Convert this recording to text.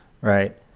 Right